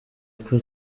uko